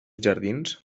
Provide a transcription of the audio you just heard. jardins